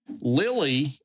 Lily